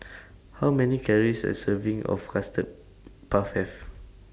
How Many Calories Does A Serving of Custard Puff Have